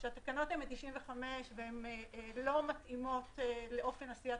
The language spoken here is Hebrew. הן משנת 1995 והן לא מתאימות לאופן עשיית